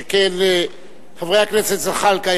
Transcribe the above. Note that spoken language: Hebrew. שכן חברי הכנסת זחאלקה,